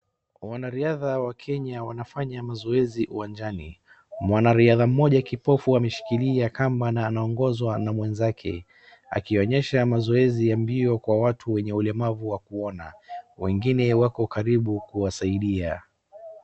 Wanariadha wa Kenya wanafanya mazoezi uwanjani. Mwanariadha mmoja kipofu anmeshikilia kamba na anaongozwa na mwenzake akionyesha mazoeiz ya mbio kwa watu wenye ulemavu wakuona. Wengine wako karibu kuwasaidia.